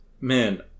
man